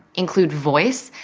include voice.